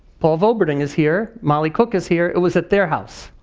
paul voberding is here, molly cook is here, it was at their house.